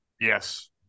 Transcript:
Yes